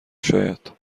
شاید